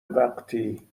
وقتی